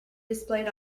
displayed